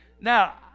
Now